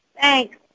Thanks